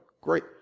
Great